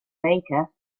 baker